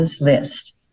list